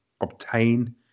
obtain